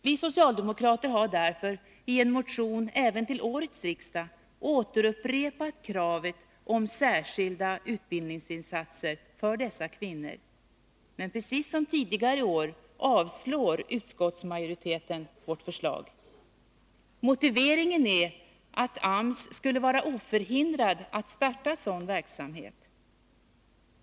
Vi socialdemokrater har därför i en motion även till årets riksmöte upprepat kravet på särskilda utbildningsinsatser för dessa kvinnor, men precis som tidigare år avstyrker utskottsmajoriteten vårt förslag. Motiveringen är att AMS skulle vara oförhindrad att starta sådan verksamhet.